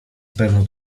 pewno